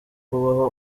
kubaho